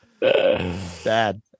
Bad